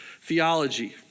theology